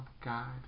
God